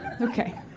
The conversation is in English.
Okay